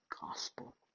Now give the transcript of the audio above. gospel